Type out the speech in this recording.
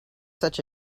such